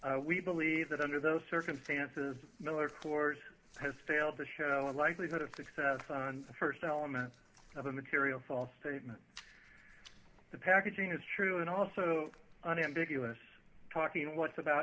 s we believe that under those circumstances miller corps has failed to show a likelihood of success on the st element of a material false statement the packaging is true and also unambiguous talking what's about